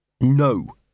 No